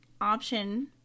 ...option